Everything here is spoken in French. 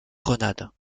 grenades